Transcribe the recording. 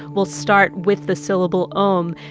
will start with the syllable om.